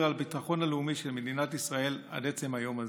על הביטחון הלאומי של מדינת ישראל עד עצם היום הזה.